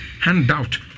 handout